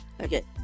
Okay